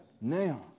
Now